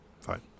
Fine